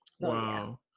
Wow